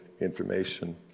information